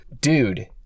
Dude